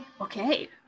okay